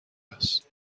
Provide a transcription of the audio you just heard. است